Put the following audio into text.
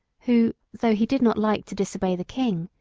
who, though he did not like to disobey the king,